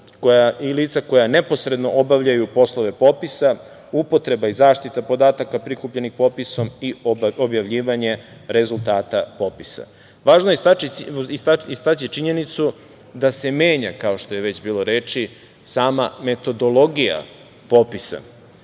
i lica koja neposredno obavljaju poslove popisa, upotreba i zaštita podataka prikupljenih popisom i objavljivanje rezultata popisa. Važno je istaći činjenicu da se menja, kao što je već bilo reči, sama metodologija popisa,